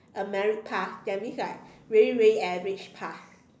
a merit pass that means right really really average pass